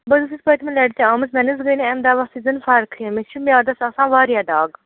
بہٕ حظ ٲسٕس پٔتمہِ لَٹہِ تہِ آمٕژ مےٚ نہ حظ گے نہٕ اَمہِ دوا سۭتۍ زَن فرکھٕے مےٚ چھُ میادَس آسان واریاہ دَگ